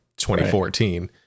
2014